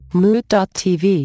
Mood.tv